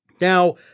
Now